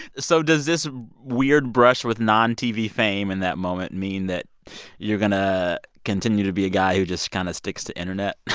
so does this weird brush with non-tv fame in that moment mean that you're going to continue to be a guy who just kind of sticks to internet.